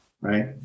right